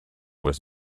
was